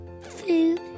Food